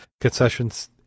concessions